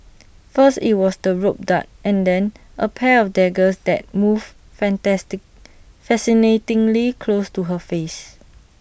first IT was the rope dart and then A pair of daggers that moved fantastic fascinatingly close to her face